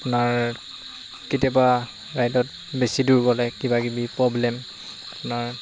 আপোনাৰ কেতিয়াবা ৰাইডত বেছি দূৰ গ'লে কিবাকিবি প্ৰব্লেম আপোনাৰ